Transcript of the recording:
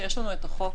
זה שיש לנו את החוק,